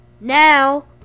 Now